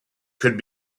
could